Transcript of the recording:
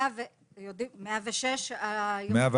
104